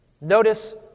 Notice